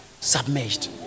submerged